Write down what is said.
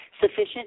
sufficient